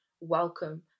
welcome